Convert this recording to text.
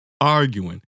arguing